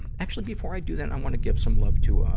and actually, before i do that, i wanna give some love to, ah,